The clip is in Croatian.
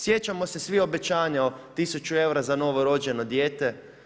Sjećamo se svi obećanja 1000 eura za novorođeno dijete?